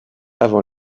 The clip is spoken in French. avant